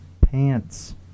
pants